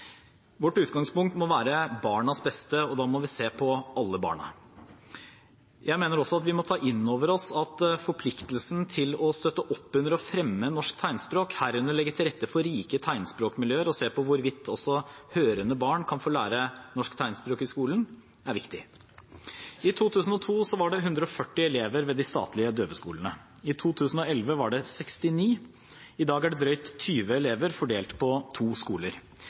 Vårt utgangspunkt må være barnas beste, og da må vi se på alle barn. Jeg mener også at vi må ta inn over oss at forpliktelsen til å støtte opp under og fremme norsk tegnspråk, herunder legge til rette for rike tegnspråkmiljøer og se på hvorvidt også hørende barn kan få lære norsk tegnspråk i skolen, er viktig. I 2002 var det 140 elever ved de statlige døveskolene. I 2011 var det 69. I dag er det drøyt 20 elever, fordelt på to skoler.